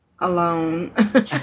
alone